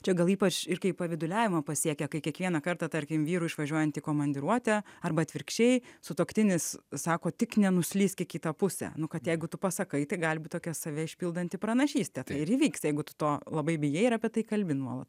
čia gal ypač ir kaip pavyduliavimą pasiekia kai kiekvieną kartą tarkim vyrui išvažiuojant į komandiruotę arba atvirkščiai sutuoktinis sako tik nenuslysk į kitą pusę nu kad jeigu tu pasakai tai gali būt tokia save išpildanti pranašystė ir įvyks jeigu tu to labai bijai ir apie tai kalbi nuolat